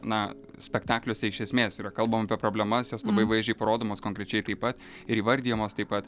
na spektakliuose iš esmės yra kalbama apie problemas jos labai vaizdžiai parodomos konkrečiai taip pat ir įvardijamos taip pat